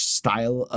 style